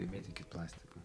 nemėtykit plastiko